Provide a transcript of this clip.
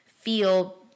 feel